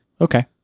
Okay